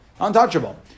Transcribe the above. untouchable